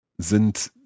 Sind